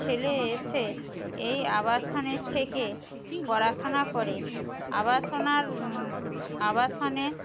ছেলে এসে এই আবাসনে থেকে পড়াশোনা করে আবাসনের আবাসনে